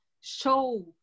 show